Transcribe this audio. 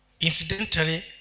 Incidentally